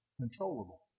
controllable